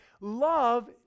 love